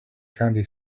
candy